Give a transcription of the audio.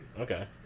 Okay